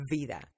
Vida